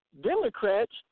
Democrats